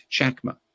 Chakma